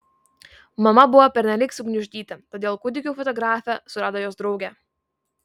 mama buvo pernelyg sugniuždyta todėl kūdikių fotografę surado jos draugė